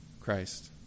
Christ